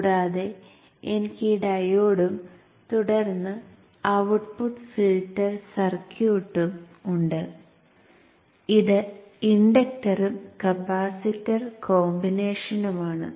കൂടാതെ എനിക്ക് ഈ ഡയോഡും തുടർന്ന് ഔട്ട്പുട്ട് ഫിൽട്ടർ സർക്യൂട്ടും ഉണ്ട് അത് ഇൻഡക്ടറും കപ്പാസിറ്റർ കോമ്പിനേഷനും ആണ്